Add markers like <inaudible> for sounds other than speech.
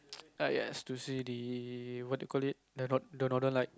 <noise> ah yes to see the what do you call it the North the Northern Light